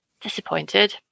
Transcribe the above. disappointed